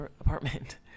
apartment